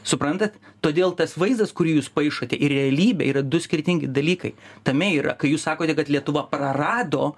suprantat todėl tas vaizdas kurį jūs paišote ir realybė yra du skirtingi dalykai tame yra kai jūs sakote kad lietuva prarado